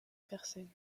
personnes